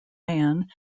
man